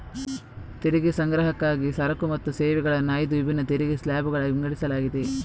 ತೆರಿಗೆ ಸಂಗ್ರಹಕ್ಕಾಗಿ ಸರಕು ಮತ್ತು ಸೇವೆಗಳನ್ನು ಐದು ವಿಭಿನ್ನ ತೆರಿಗೆ ಸ್ಲ್ಯಾಬುಗಳಾಗಿ ವಿಂಗಡಿಸಲಾಗಿದೆ